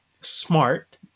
smart